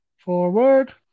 forward